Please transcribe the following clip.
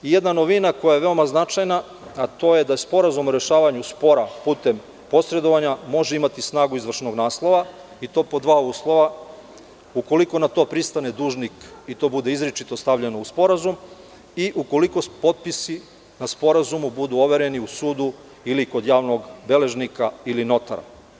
Jedna novina koja je veoma značajna je da sporazum o rešavanju spora putem posredovanja može imati snagu izvršnog naslova i to pod dva uslova – ukoliko na to pristane dužnik i to bude izričito stavljeno u sporazum i ukoliko potpisi na sporazumu budu overeni u sudu ili kod javnog beležnika ili notara.